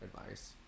advice